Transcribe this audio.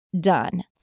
done